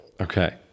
Okay